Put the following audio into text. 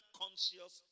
conscious